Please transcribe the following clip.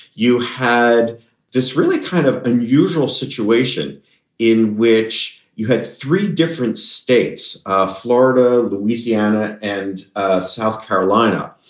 you had this really kind of unusual situation in which you had three different states, ah florida, louisiana and south carolina.